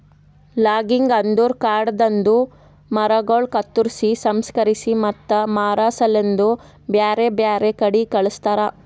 logging ಅಂದುರ್ ಕಾಡದಾಂದು ಮರಗೊಳ್ ಕತ್ತುರ್ಸಿ, ಸಂಸ್ಕರಿಸಿ ಮತ್ತ ಮಾರಾ ಸಲೆಂದ್ ಬ್ಯಾರೆ ಬ್ಯಾರೆ ಕಡಿ ಕಳಸ್ತಾರ